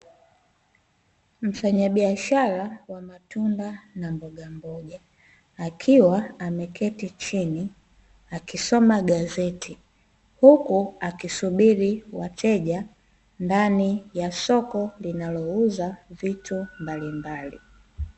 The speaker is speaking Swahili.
Mfanyabiashara wa matunda na mbogamboga, akiwa ameketi chini akisoma gazeti, huku akisubiri wateja ndani ya soko linalouza vitu mbalimbali.